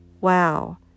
wow